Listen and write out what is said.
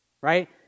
right